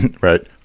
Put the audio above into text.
Right